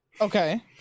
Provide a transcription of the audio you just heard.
okay